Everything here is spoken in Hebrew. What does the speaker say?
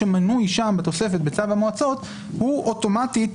שמנוי שם בתוספת בצו המועצות הוא אוטומטית